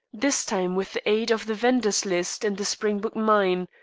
this time with the aid of the vendors' list in the springbok mine,